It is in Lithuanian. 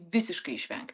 visiškai išvengt